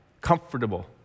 Comfortable